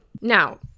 Now